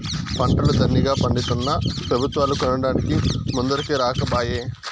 పంటలు దండిగా పండితున్నా పెబుత్వాలు కొనడానికి ముందరికి రాకపోయే